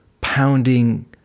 pounding